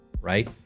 right